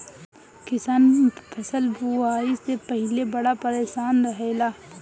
किसान फसल बुआई से पहिले बड़ा परेशान रहेला